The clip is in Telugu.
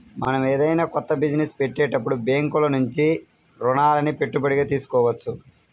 మనం ఏదైనా కొత్త బిజినెస్ పెట్టేటప్పుడు బ్యేంకుల నుంచి రుణాలని పెట్టుబడిగా తీసుకోవచ్చు